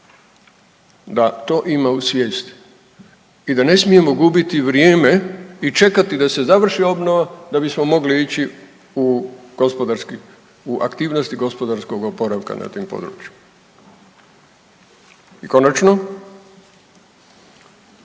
da to ima u svijesti i da ne smijemo gubiti vrijeme i čekati da se završi obnova da bismo mogli ići u gospodarski, u aktivnosti gospodarskog oporavka na tim području. I konačno,